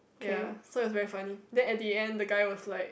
ya so it was very funny then at the end the guy was like